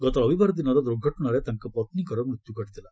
ଗତ ରବିବାର ଦିନର ଦୁର୍ଘଟଣାରେ ତାଙ୍କ ପତ୍ନୀଙ୍କର ମୃତ୍ୟୁ ଘଟିଥିଲା